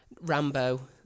Rambo